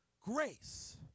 grace